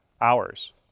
hours